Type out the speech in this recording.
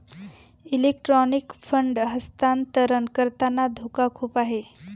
electronic fund हस्तांतरण करताना धोका खूप आहे